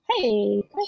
Hey